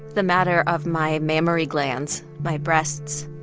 the matter of my mammary glands my breasts,